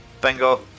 bingo